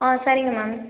ஆ சரிங்க மேம்